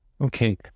Okay